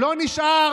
לא נשאר